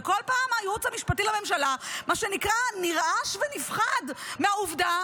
וכל פעם הייעוץ המשפטי לממשלה מה שנקרא נרעש ונפחד מהעובדה